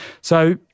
So-